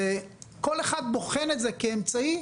כל אחד בוחן את זה כאמצעי.